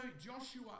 Joshua